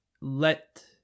let